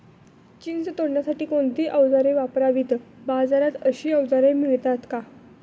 चिंच तोडण्यासाठी कोणती औजारे वापरावीत? बाजारात अशी औजारे मिळतात का?